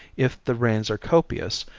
if the rains are copious,